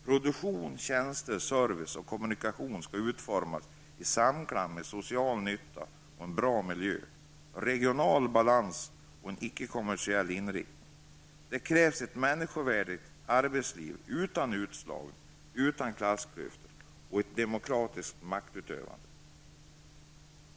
Produktion, tjänster, service och kommunikation skall utformas i samklang med social nytta, en bra miljö, regional balans och med en icke kommersiell inriktning. Ett människovärdigt arbetsliv krävs utan utslagning och klassklyftor och med en demokratisk maktutövning. 2.